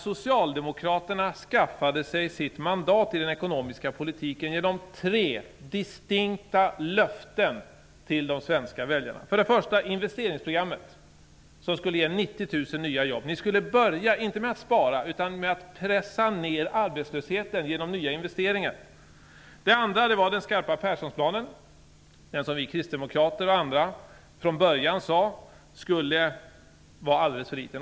Socialdemokraterna skaffade sig sitt mandat i den ekonomiska politiken genom tre distinkta löften till de svenska väljarna. Det första var investeringsprogrammet som skulle ge 90 000 nya jobb. Ni skulle inte börja med att spara utan med att pressa ner arbetslösheten genom nya investeringar. Det andra löftet var den skarpa Perssonplanen. Den som vi kristdemokrater och andra från början sade skulle vara alldeles för liten.